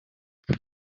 hop